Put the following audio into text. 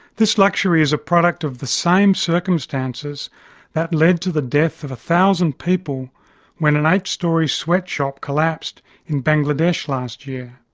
this luxury is a product of the same circumstances that led to the death of a thousand people when an eight-storey sweatshop collapsed in bangladesh last year.